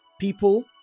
people